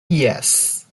yes